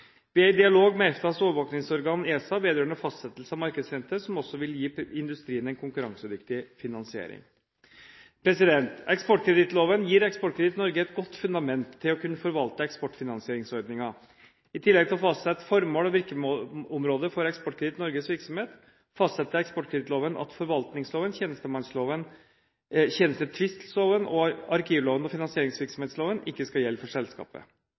Vi er i dialog med EFTAs overvåkingsorgan, ESA, vedrørende fastsettelse av markedsrente, som også vil gi industrien en konkurransedyktig finansiering. Eksportkredittloven gir Eksportkreditt Norge et godt fundament til å kunne forvalte eksportfinansieringsordningen. I tillegg til å fastsette formål og virkeområde for Eksportkreditt Norges virksomhet, fastsetter eksportkredittloven at forvaltningsloven, tjenestemannsloven, tjenestetvistloven, arkivloven og finansieringsvirksomhetsloven ikke skal gjelde for selskapet.